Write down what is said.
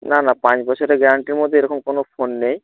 না না পাঁচ বছরের গ্যারান্টির মধ্যে এরকম কোনো ফোন নেই